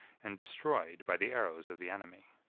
and destroyed by the arrows of the enemy.